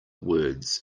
words